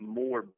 more